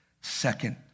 Second